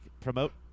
promote